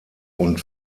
und